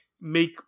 make